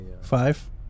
Five